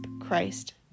Christ